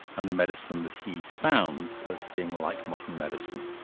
and the medicine that he founds, as being like modern medicine.